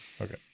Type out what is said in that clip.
Okay